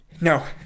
No